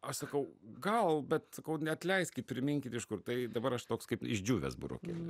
aš sakau gal bet sakau n atleiskit priminkit iš kur tai dabar aš toks kaip išdžiūvęs burokėlis